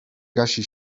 gasi